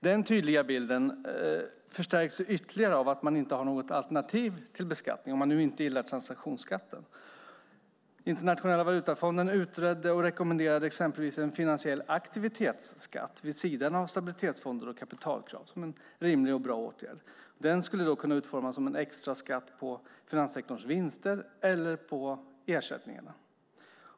Denna tydliga bild förstärks ytterligare av att man inte har något alternativ till beskattning, om man nu inte gillar transaktionsskatten. Internationella valutafonden utredde och rekommenderade exempelvis en finansiell aktivitetsskatt vid sidan av stabilitetsfonder och kapitalkrav som en rimlig och bra åtgärd. Den skulle kunna utformas som en extraskatt på finanssektorns vinster eller på ersättningarna.